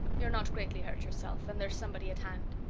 you're not greatly hurt yourself and there's somebody at hand.